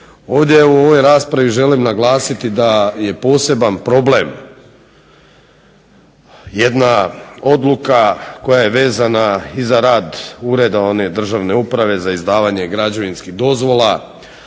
Ovdje u ovoj raspravi želim naglasiti da je poseban problem jedna odluka koja je vezana i za rad one državne uprave za izdavanje građevinskih dozvola,